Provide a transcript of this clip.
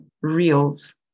reels